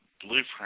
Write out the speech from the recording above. blueprint